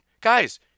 guys